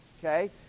Okay